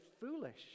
foolish